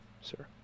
sir